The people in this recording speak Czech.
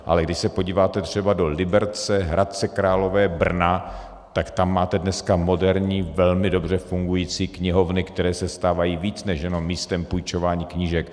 Ale když se podíváte třeba do Liberce, Hradce Králové, Brna, tak tam máte dneska moderní, velmi dobře fungující knihovny, které se stávají víc než jenom místem půjčování knížek.